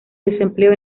desempleo